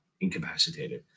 incapacitated